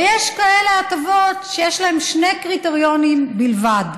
ויש הטבות שיש להם שני קריטריונים בלבד,